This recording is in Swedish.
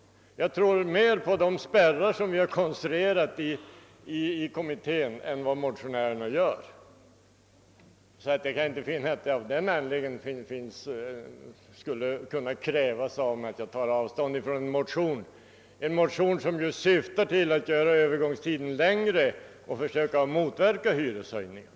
Jag tror mera på de spärrar som vi har konstruerat i kommittén. Jag tror inte att man av mig kan kräva att jag av den anledningen skall ta avstånd från en motion, som syftar till att göra övergångstiden längre och därmed försöka motverka hyreshöjningar.